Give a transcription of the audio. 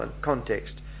context